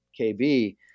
KB